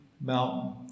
Mountain